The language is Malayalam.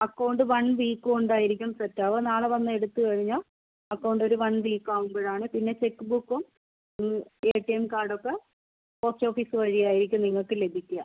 അക്കൗണ്ട് വൺ വീക്ക് കൊണ്ടായിരിക്കും സെറ്റ് ആവുക നാളെ വന്ന് എടുത്ത് കഴിഞ്ഞാ അക്കൗണ്ട് ഒരു വൺ വീക്ക് ആകുമ്പോൾ ആണ് പിന്നെ ചെക്ക് ബുക്കും എടിഎം കാർഡും ഒക്കെ പോസ്റ്റ് ഓഫീസ് വഴി ആയിരിക്കും നിങ്ങൾക്ക് ലഭിക്കുക